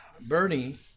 Bernie